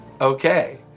Okay